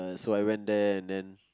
so I went there and then